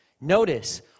notice